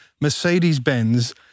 Mercedes-Benz